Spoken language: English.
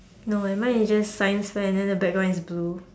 no eh mine is just science fair and then the background is blue